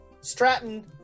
Stratton